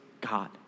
God